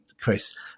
Chris